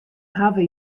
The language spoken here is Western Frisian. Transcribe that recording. hawwe